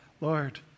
Lord